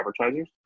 advertisers